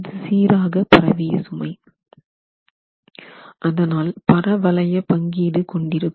இது சீராக பரவிய சுமை அதனால் பரவளைய பங்கீடு கொண்டிருக்கும்